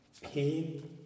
pain